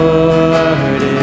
Lord